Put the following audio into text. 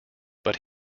but